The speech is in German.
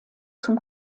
zum